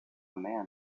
man